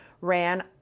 ran